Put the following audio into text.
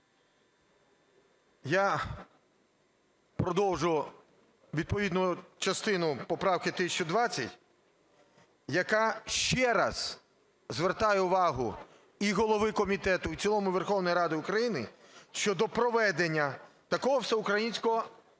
Я продовжу відповідну частини поправки 1020, яка, ще раз звертаю увагу і голови комітету, і в цілому Верховної Ради України, що до проведення такого всеукраїнського